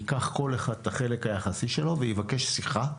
ייקח כל אחד את החלק היחסי שלו ויבקש שיחה,